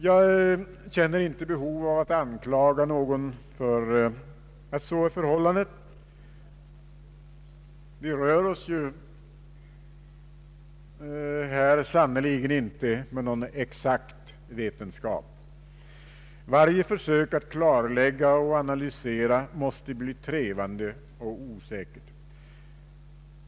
Jag känner inte behov av att anklaga någon för att så är förhållandet — vi rör oss sannerligen inte här med någon exakt vetenskap. Varje försök att klargöra och analysera måste bli trevande och osäker.